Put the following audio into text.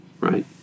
right